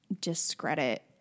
discredit